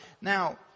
Now